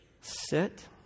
sit